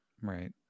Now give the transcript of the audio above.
Right